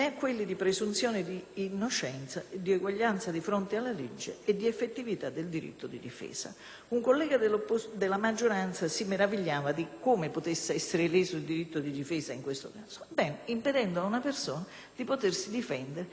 Un collega della maggioranza si meravigliava di come potesse essere leso il diritto di difesa in questo caso: impedendo ad una persona di potersi difendere di fronte al giudice di pace, che è pur sempre un giudice e quindi ha diritto di avere il suo imputato.